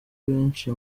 benshi